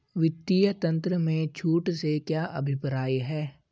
वित्तीय तंत्र में छूट से क्या अभिप्राय है?